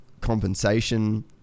compensation